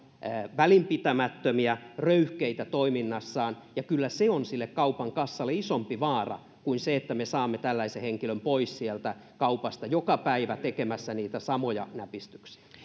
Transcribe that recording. välinpitämättömiä ja röyhkeitä toiminnassaan ja kyllä se on sille kaupan kassalle isompi vaara kuin se että me saamme tällaisen henkilön pois sieltä kaupasta joka päivä tekemästä niitä samoja näpistyksiä